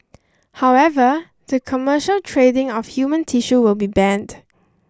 however the commercial trading of human tissue will be banned